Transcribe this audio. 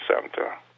Center